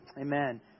Amen